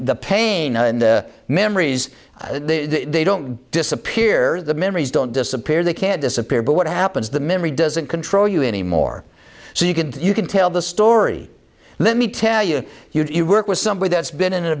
pain and the memories they don't disappear the memories don't disappear they can disappear but what happens the memory doesn't control you anymore so you can you can tell the story let me tell you you've worked with somebody that's been in a